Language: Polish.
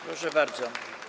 Proszę bardzo.